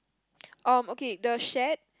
um okay the shed